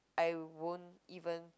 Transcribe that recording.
I won't even